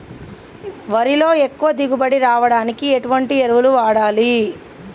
వరిలో ఎక్కువ దిగుబడి రావడానికి ఎటువంటి ఎరువులు వాడాలి?